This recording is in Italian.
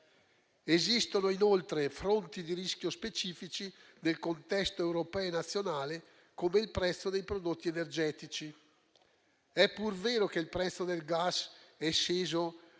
Esistono, inoltre, fronti di rischio specifici nei contesti europeo e nazionale, come il prezzo dei prodotti energetici. È pur vero che il prezzo del gas è sceso